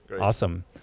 awesome